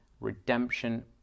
redemption